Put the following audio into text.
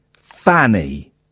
fanny